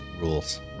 rules